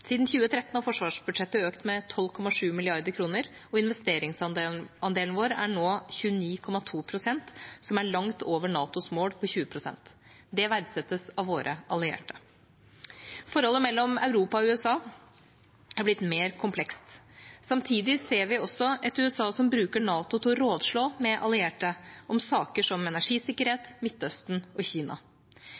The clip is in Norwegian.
Siden 2013 er forsvarsbudsjettet økt med 12,7 mrd. kr, og investeringsandelen vår er nå på 29,2 pst., som er langt over NATOs mål på 20 pst. Det verdsettes av våre allierte. Forholdet mellom Europa og USA er blitt mer komplekst. Samtidig ser vi et USA som bruker NATO til å rådslå med allierte om saker som energisikkerhet, Midtøsten og Kina.